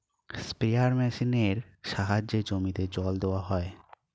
sprayer মেশিনের সাহায্যে জমিতে জল দেওয়া হয়